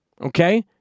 Okay